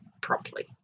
properly